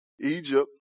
Egypt